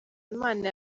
imana